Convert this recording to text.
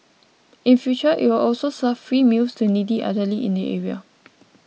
in future it will also serve free meals to needy elderly in the area